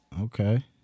Okay